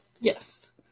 Yes